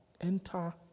enter